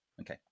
okay